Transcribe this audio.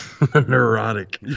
neurotic